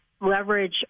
leverage